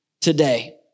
today